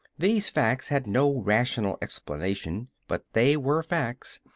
these facts had no rational explanation, but they were facts.